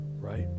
Right